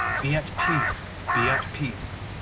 be at peace, be at peace